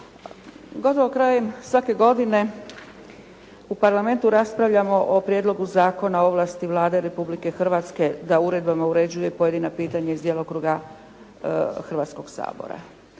Gotovo krajem svake godine u Parlamentu raspravljamo o Prijedlogu zakona o ovlasti Vlade Republike Hrvatske da uredbama uređuje pojedina pitanja iz djelokruga Hrvatskog sabora.